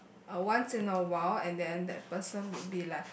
uh once in a while and then that person would be like